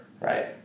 right